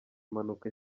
impanuka